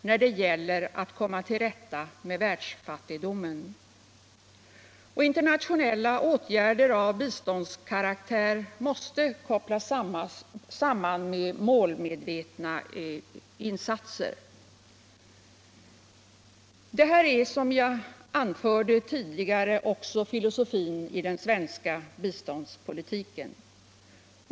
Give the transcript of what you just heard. när det gäller att komma tillrätta med världsfattigdomen”. Internationella åtgärder av biståndskaraktär måste kopplas samman med målmedvetna insatser. Detta är som jag anförde tidigare också filosofin i den svenska biståndspolitiken.